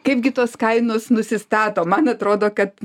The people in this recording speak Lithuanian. kaipgi tos kainos nusistato man atrodo kad